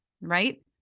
right